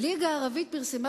הליגה הערבית פרסמה